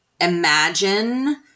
imagine